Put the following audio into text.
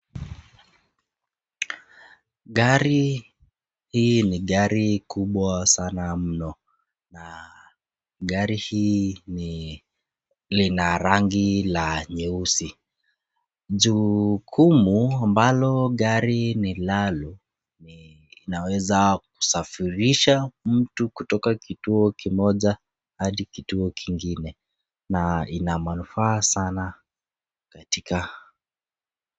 Gari hii ni gari kubwa sana mno. Na gari hii ni lina rangi la nyeusi. Jukumu ambalo gari linalo ni inaweza kusafirisha mtu kutoka kituo kimoja hadi kituo kingine. Na ina manufaa sana katika.